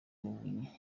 muvunyi